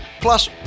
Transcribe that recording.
Plus